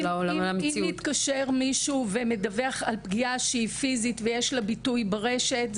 אם מתקשר מישהו ומדווח על פגיעה פיזית ויש לה ביטוי ברשת,